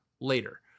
later